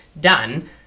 done